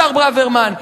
השר ברוורמן,